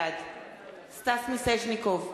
בעד סטס מיסז'ניקוב,